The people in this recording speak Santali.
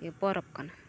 ᱤᱭᱟᱹ ᱯᱚᱨᱚᱵᱽ ᱠᱟᱱᱟ